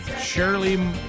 Shirley